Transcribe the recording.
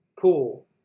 cool